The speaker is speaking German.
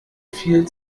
viel